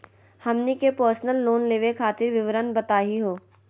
हमनी के personal loan लेवे खातीर विवरण बताही हो?